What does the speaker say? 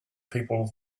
people